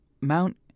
Mount